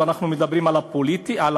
ואנחנו מדברים על הדמוקרטיה,